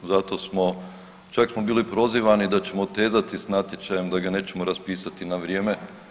Zato smo, čak smo bili prozivani da ćemo otezati sa natječajem, da ga nećemo raspisati na vrijeme.